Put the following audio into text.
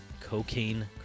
Cocaine